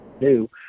new